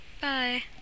bye